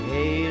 Hey